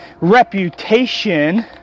reputation